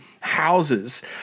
houses